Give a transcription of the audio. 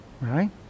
right